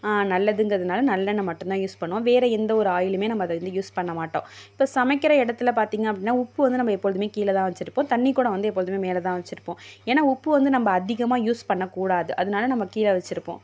நல்லதுங்கறதுனால நல்லெண்ணெய் மட்டும் தான் யூஸ் பண்ணுவோம் வேறு எந்த ஒரு ஆயிலுமே நம்ம அதை வந்து யூஸ் பண்ண மாட்டோம் இப்போ சமைக்கற இடத்துல பார்த்திங்க அப்படின்னா உப்பு வந்து நம்ப எப்பொழுதுமே கீழே தான் வச்சிருப்போம் தண்ணிக் குடம் வந்து எப்பொழுதுமே மேலே தான் வச்சிருப்போம் ஏன்னா உப்பு வந்து நம்ப அதிகமாக யூஸ் பண்ணக் கூடாது அதனால நம்ம கீழே வச்சிருப்போம்